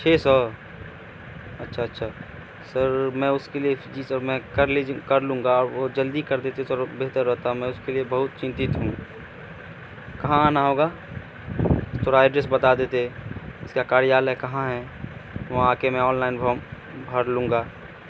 چھ سو اچھا اچھا سر میں اس کے لیے جی سر میں کر لیجے کر لوں گا اور وہ جلدی کر دیتے سر بہتر رہتا میں اس کے لیے بہت چنتت ہوں کہاں آنا ہوگا تھوورا ایڈریس بتا دیتے اس کا کاریالے ہے کہاں ہے وہاں آ کے میں آن لائن فارم بھر لوں گا